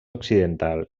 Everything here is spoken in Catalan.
occidental